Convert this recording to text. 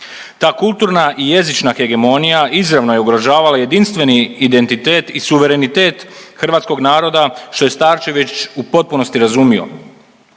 Ta kulturna i jezična hegemonija izravno je ugrožavala jedinstveni identitet i suverenitet hrvatskog naroda što je Starčević u potpunosti razumio.